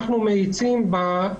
אנחנו מאיצים בהם.